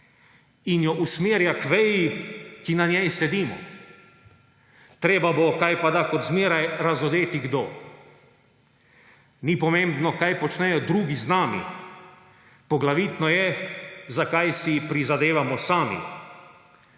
in jo usmerja k veji, ki na njej sedimo. Treba bo, kajpada kot zmeraj, razodeti kdo. Ni pomembno, kaj počnejo drugi z nami, poglavitno je, za kaj si prizadevamo sami,